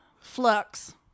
flux